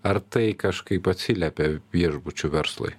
ar tai kažkaip atsiliepė viešbučių verslui